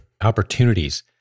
opportunities